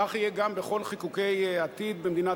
כך יהיה גם בכל חיקוקי העתיד במדינת